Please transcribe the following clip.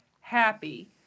happy